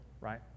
right